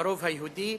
לרוב היהודי,